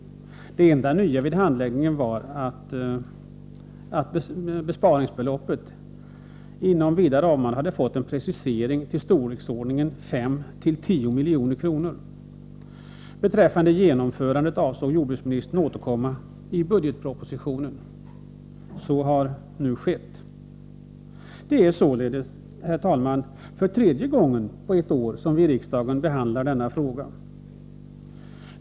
Det enda nya vid handläggningen var att besparingsbeloppet inom vida ramar hade fått en precisering till storleksordningen 5-10 milj.kr. Beträffande genomförandet avsåg jordbruksministern att återkomma i budgetpropositionen. Så har nu skett. Det är således, herr talman, tredje gången på ett år som vi i riksdagen behandlar denna fråga.